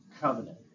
covenant